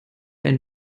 ein